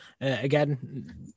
again